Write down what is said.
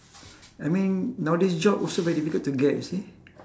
I mean nowadays job also very difficult to get you see